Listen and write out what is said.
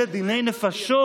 אלה דיני נפשות.